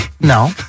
no